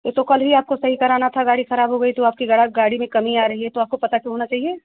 ये कल भी आपको सही कराना था गाड़ी ख़राब तो आपकी गाड़ी में कमी आ रही है तो आपको पता तो होना चाहिए